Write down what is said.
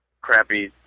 crappy